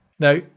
Now